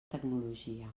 tecnologia